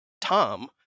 Tom